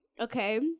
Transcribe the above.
Okay